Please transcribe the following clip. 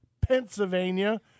Pennsylvania